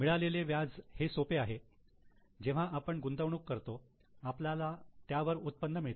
मिळालेले व्याज हे सोपे आहे जेव्हा आपण गुंतवणूक करतो आपल्याला त्यावर उत्पन्न मिळते